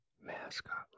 mascot